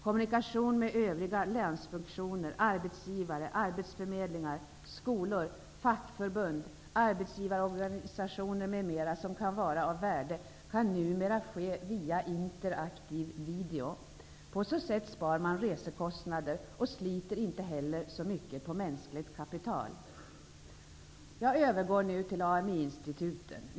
Kommunikation med övriga länsfunktioner, arbetsgivare, arbetsförmedlingar, skolor, fackförbund, arbetsgivarorganisationer m.m. som kan vara av värde kan numera ske via interaktiv video. På så sätt spar man resekostnader och sliter inte heller så mycket på mänskligt kapital. Jag övergår nu till AMI-instituten.